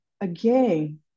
Again